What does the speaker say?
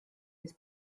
his